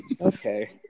okay